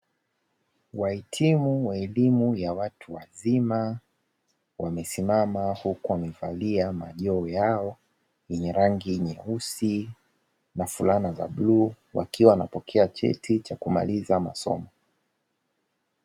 Wahitimu wa elimu ya watu wazima, wamesimama huku wamevalia majoho yao yenye rangi nyeusi na fulana za bluu, wakiwa wanapokea cheti cha kumaliza masomo.